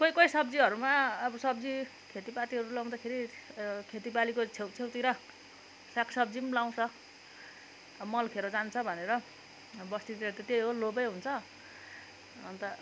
कोही कोही सब्जीहरूमा अब सब्जी खेतीपातीहरू लाँउदाखेरि खेतीबालीको छेउछेउतिर सागसब्जी पनि लाउँछ अब मल खेर जान्छ भनेर बस्तीतिर त त्यही हो लोभै हुन्छ अन्त